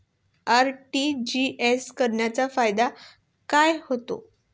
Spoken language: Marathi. आर.टी.जी.एस करण्याचा फायदा काय होतो?